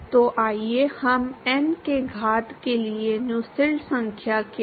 तो यह एक बहुत ही सर्वव्यापी कार्यात्मक रूप है जिसे आप सभी प्रकार के ज्यामितीयों में देखेंगे